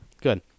Good